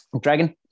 dragon